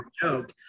joke